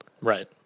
Right